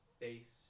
face